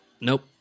Nope